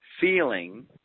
feeling